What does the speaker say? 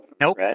Nope